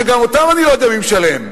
שגם אותן אני לא יודע מי משלם.